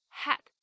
hat